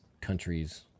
countries